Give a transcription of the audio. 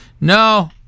No